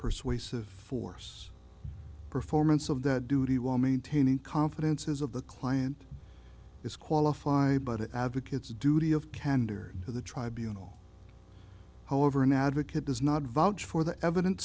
persuasive force performance of that duty while maintaining confidences of the client is qualified but it advocates a duty of candor to the tribunals however an advocate does not vouch for the evidence